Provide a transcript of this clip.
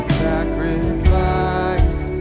sacrifice